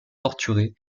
torturé